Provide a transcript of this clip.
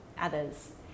others